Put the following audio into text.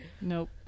Nope